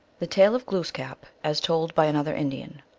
the tale of glooskap as told by another indian.